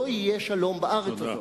לא יהיה שלום בארץ הזאת.